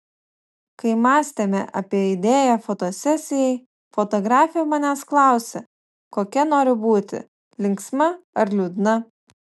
kai mąstėme apie idėją fotosesijai fotografė manęs klausė kokia noriu būti linksma ar liūdna